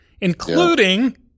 including